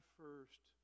first